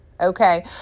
Okay